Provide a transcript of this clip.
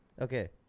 Okay